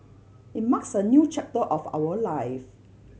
it marks a new chapter of our life